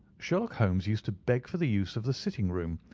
sherlock holmes used to beg for the use of the sitting-room,